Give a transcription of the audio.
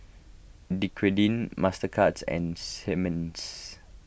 Dequadin Mastercards and Simmons